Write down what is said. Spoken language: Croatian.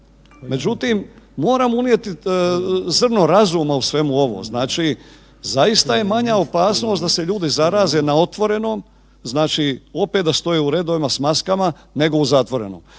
međutim moramo unijeti zrno razuma u svemu ovome. Zaista je manja opasnost da se ljudi zaraze na otvorenom, znači opet da stoje u redovima s maskama nego u zatvorenom.